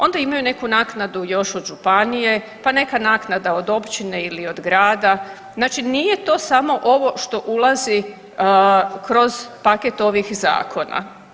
Onda imaju neku naknadu još od županije, pa neka naknada od općine ili od grada, znači nije to samo ovo što ulazi kroz paket ovih zakona.